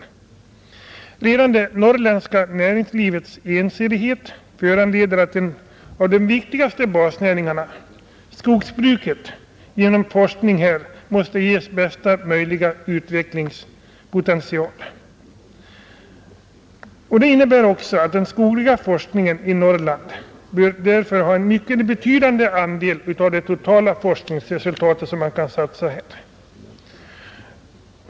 Redan det norrländska näringslivets ensidighet föranleder att en av de viktigaste basnäringarna — skogsbruket — genom forskning måste ges bästa möjliga utvecklingspotential, Det innebär också att den skogliga forskningen i Norrland bör ha en mycket betydande andel av de totala forskningsresurserna.